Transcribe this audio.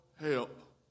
help